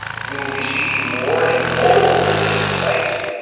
we will be seeking more and mobile clinical sites.